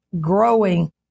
growing